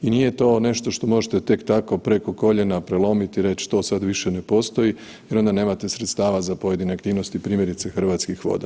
I nije to nešto što možete tek tako preko koljena prelomiti i reći to sad više ne postoji jer onda nemate sredstava za pojedine aktivnosti, primjerice, Hrvatskih voda.